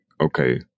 okay